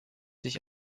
sich